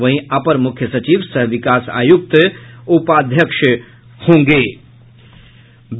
वहीं अपर मुख्य सचिव सह विकास आयुक्त उपाध्यक्ष बनाये गये है